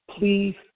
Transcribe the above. please